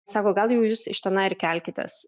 sako gal jau jūs iš tenai ir kelkitės